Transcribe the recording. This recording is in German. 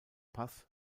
pass